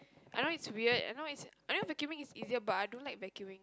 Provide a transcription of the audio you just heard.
I know it's weird I know is I know vacuuming is easier but I don't like vacuuming